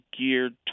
geared